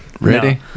Ready